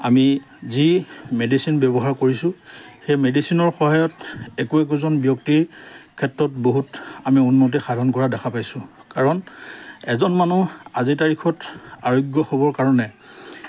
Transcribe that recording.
আমি যি মেডিচিন ব্যৱহাৰ কৰিছোঁ সেই মেডিচিনৰ সহায়ত একো একোজন ব্যক্তিৰ ক্ষেত্ৰত বহুত আমি উন্নতি সাধন কৰা দেখা পাইছোঁ কাৰণ এজন মানুহ আজিৰ তাৰিখত আৰোগ্য হ'বৰ কাৰণে